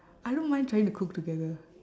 I don't mind trying to cook together